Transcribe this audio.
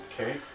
Okay